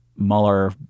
Mueller